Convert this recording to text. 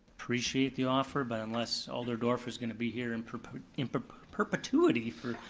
appreciate the offer, but unless alder dorff is gonna be here in perpetuity in but perpetuity for,